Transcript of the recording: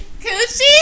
Coochie